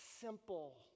Simple